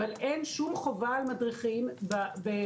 אבל אין שם חובה על מדריכים להדריך.